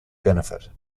benefit